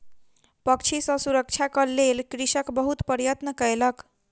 पक्षी सॅ सुरक्षाक लेल कृषक बहुत प्रयत्न कयलक